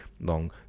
long